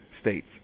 states